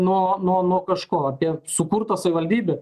nuo nuo nuo kažko apie sukurtą savivaldybę